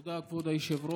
תודה, כבוד היושב-ראש.